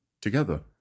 together